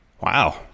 Wow